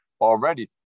already